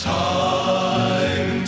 time